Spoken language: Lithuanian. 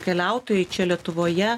keliautojai čia lietuvoje